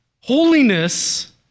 holiness